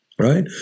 right